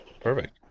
Perfect